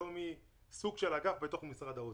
היום היא סוג של אגף בתוך משרד האוצר.